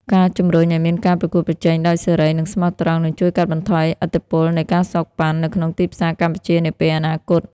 ការជម្រុញឱ្យមានការប្រកួតប្រជែងដោយសេរី និងស្មោះត្រង់ នឹងជួយកាត់បន្ថយឥទ្ធិពលនៃ ការសូកប៉ាន់ នៅក្នុងទីផ្សារកម្ពុជានាពេលអនាគត។